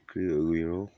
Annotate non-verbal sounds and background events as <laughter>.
<unintelligible> ꯑꯣꯏꯔꯣ